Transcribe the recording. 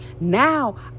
now